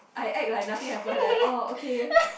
I act like nothing happen eh oh okay